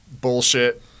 bullshit